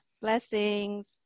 blessings